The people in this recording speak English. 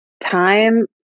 time